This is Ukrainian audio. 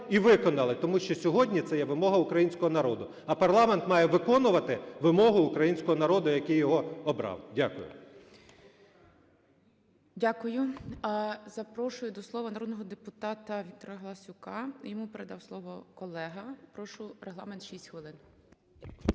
і виконали, тому що сьогодні це є вимога українського народу, а парламент має виконувати вимогу українського народу, який його обрав. Дякую. ГОЛОВУЮЧИЙ. Дякую. Запрошую до слова народного депутата Віктора Галасюка, йому передав слово колега. Прошу, регламент - 6 хвилин.